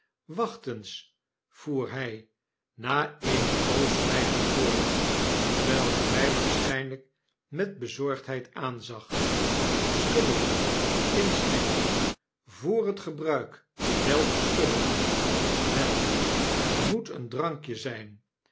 eens voer hij na eene poos zwijgens voort terwijl hij mij waarlijk met bezorgdheid aanzag schudden inschenken voor het gebruik wel te schudden wel het moet een drankje zjjn